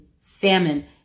famine